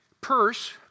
purse